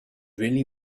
really